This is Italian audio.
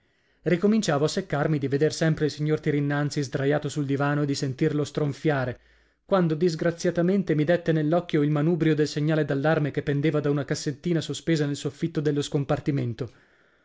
ricominciavo a seccarmi di veder sempre il signor tyrynnanzy sdraiato sul divano e di sentirlo stronfiare quando disgraziatamente mi dètte nell'occhio il manubrio del segnale d'allarme che pendeva da una cassettina sospesa nel soffitto dello scompartimento